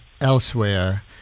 elsewhere